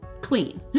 clean